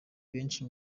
benshi